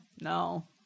no